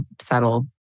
subtle